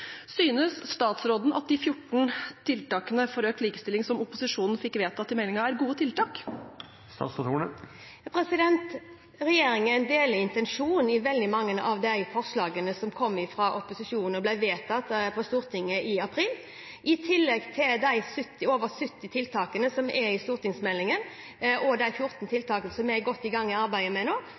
Synes statsråden at de 14 tiltakene for økt likestilling som opposisjonen fikk vedtatt i forbindelse med meldingen, er gode tiltak? Regjeringen deler intensjonen i veldig mange av de forslagene som kom fra opposisjonen og ble vedtatt her på Stortinget i april. Vi mener at de 14 tiltakene – i tillegg til de over 70 tiltakene som er i stortingsmeldingen – som vi er godt i gang med arbeidet med nå,